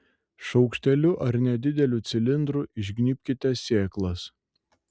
šaukšteliu ar nedideliu cilindru išgnybkite sėklas